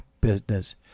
business